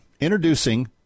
introducing